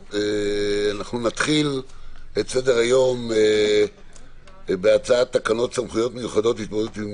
אנחנו נתחיל את סדר היום בהצעת תקנות סמכויות מיוחדות להתמודדות עם